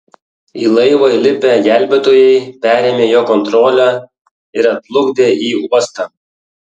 į laivą įlipę gelbėtojai perėmė jo kontrolę ir atplukdė į uostą